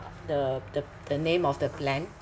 the the the name of the plan